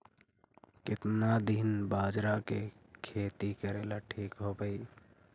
केतना दिन बाजरा के खेती करेला ठिक होवहइ?